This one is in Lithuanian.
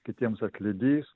kitiems atlydys